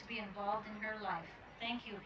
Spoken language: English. to be involved in her life thank you